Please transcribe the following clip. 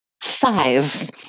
Five